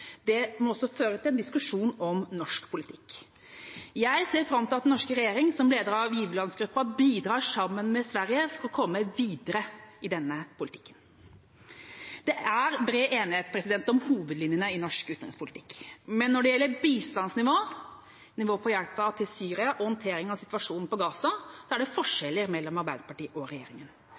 Dette må også føre til en diskusjon om norsk politikk. Jeg ser fram til at den norske regjering som leder av giverlandsgruppa bidrar sammen med Sverige for å komme videre i denne politikken. Det er bred enighet om hovedlinjene i norsk utenrikspolitikk. Men når det gjelder bistandsnivå – nivået på hjelpen til Syria og håndtering av situasjonen på Gaza – så er det forskjeller mellom Arbeiderpartiet og